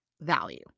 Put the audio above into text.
value